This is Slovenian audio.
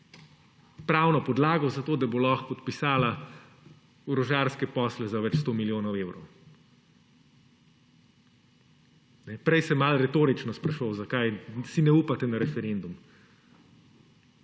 pravno podlago za to, da bo lahko podpisala orožarske posle za več sto milijonov evrov. Prej sem malo retorično spraševal, zakaj si ne upate na referendum,